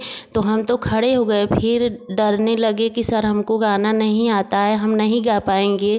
हम तो खड़े हो गए फिर डरने लगे की सर हमको गाना नहीं आता है हम नहीं गा पाएँगे